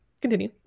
Continue